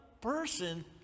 person